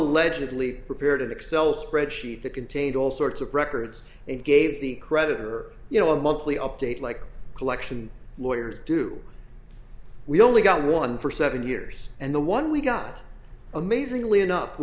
allegedly prepared excel spreadsheet that contained all sorts of records it gave the creditor you know a monthly update like collection lawyers do we only got one for seven years and the one we got amazingly enough